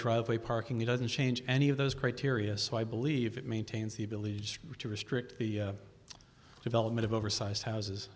driveway parking it doesn't change any of those criteria so i believe it maintains the village to restrict the development of oversized houses